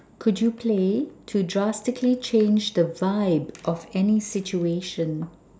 could you play to drastically change the vibe of any situation